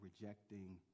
rejecting